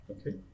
Okay